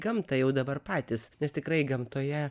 gamtą jau dabar patys nes tikrai gamtoje